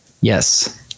Yes